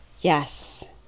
Yes